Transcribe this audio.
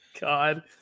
God